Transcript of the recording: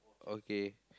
okay